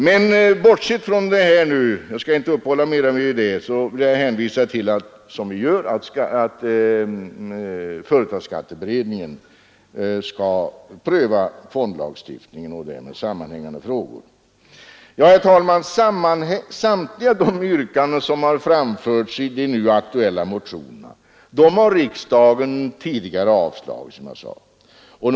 Men bortsett från det här — jag skall inte uppehålla mig mera vid det — vill jag, som vi brukar göra då utredning pågår, hänvisa till att företagsskatteberedningen skall pröva fondlagstiftningen och därmed sammanhängande frågor. Herr talman! Samtliga de yrkanden som har framförts i de nu aktuella motionerna har riksdagen tidigare avslagit, som jag sade.